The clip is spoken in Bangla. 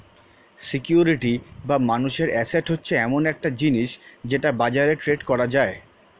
সিকিউরিটি বা মানুষের অ্যাসেট হচ্ছে এমন একটা জিনিস যেটা বাজারে ট্রেড করা যায়